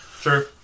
Sure